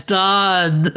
done